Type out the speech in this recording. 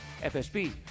FSB